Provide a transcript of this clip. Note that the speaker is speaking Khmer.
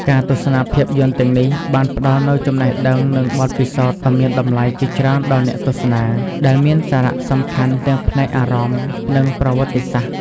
ការទស្សនាភាពយន្តទាំងនេះបានផ្ដល់នូវចំណេះដឹង និងបទពិសោធន៍ដ៏មានតម្លៃជាច្រើនដល់អ្នកទស្សនា ដែលមានសារៈសំខាន់ទាំងផ្នែកអារម្មណ៍ និងប្រវត្តិសាស្ត្រ។